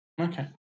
Okay